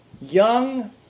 young